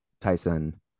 tyson